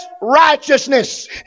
righteousness